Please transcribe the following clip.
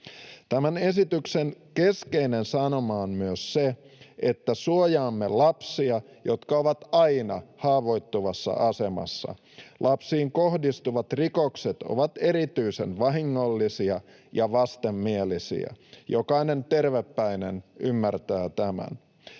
Tämän esityksen keskeinen sanoma on myös se, että suojaamme lapsia, jotka ovat aina haavoittuvassa asemassa. Lapsiin kohdistuvat rikokset ovat erityisen vahingollisia ja vastenmielisiä. Jokainen tervepäinen ymmärtää tämän.